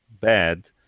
bad